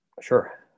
Sure